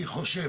אני חושב,